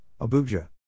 Abuja